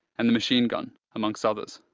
and the machine gun, amongst others.